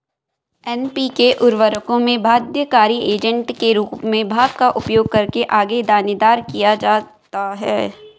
NPK उर्वरकों में बाध्यकारी एजेंट के रूप में भाप का उपयोग करके आगे दानेदार किया जाता है